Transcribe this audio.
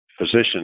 physician